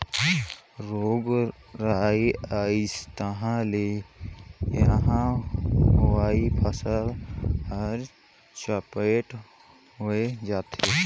रोग राई अइस तहां ले होए हुवाए फसल हर चैपट होए जाथे